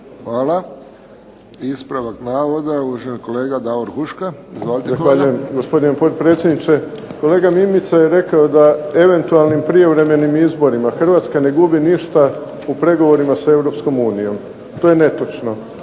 Huška. Izvolite kolega. **Huška, Davor (HDZ)** Gospodine potpredsjedniče, kolega Mimica je rekao da eventualnim prijevremenim izborima Hrvatska ne gubi ništa u pregovorima sa Europskom unijom.